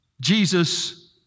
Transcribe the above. Jesus